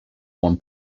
one